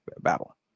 battle